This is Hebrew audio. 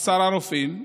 עשרה רופאים,